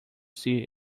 see